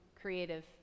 creative